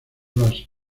las